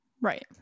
Right